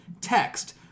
Text